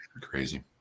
Crazy